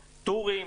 "תורים",